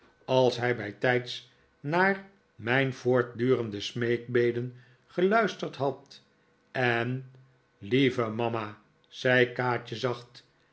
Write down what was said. als hij bijtijds naar mijn voortdurende smeekbeden geluisterd had en lieve mama zei kaatje zacht